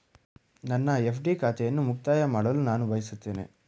ನನ್ನ ಎಫ್.ಡಿ ಖಾತೆಯನ್ನು ಮುಕ್ತಾಯ ಮಾಡಲು ನಾನು ಬಯಸುತ್ತೇನೆ